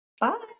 bye